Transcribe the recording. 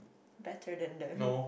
better then them